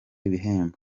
ibihembo